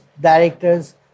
directors